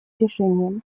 решениям